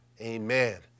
Amen